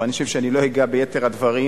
אני חושב שאני לא אגע ביתר הדברים,